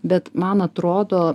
bet man atrodo